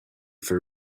for